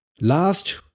Last